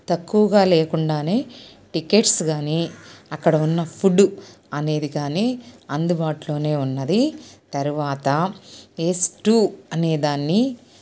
తక్కువగా లేకుండా టికెట్స్ కానీ అక్కడ ఉన్న ఫుడ్ అనేది కాని అందుబాటులో ఉన్నది తరువాత ఎస్ టూ అనేదాన్ని